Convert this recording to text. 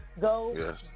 Go